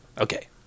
okay